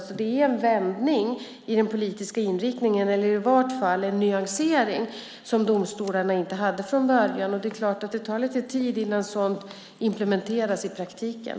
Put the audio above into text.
Det är alltså en vändning i den politiska inriktningen, eller i varje fall en nyansering. Denna nyansering hade domstolarna inte från början. Och det är klart att det tar lite tid innan sådant implementeras i praktiken.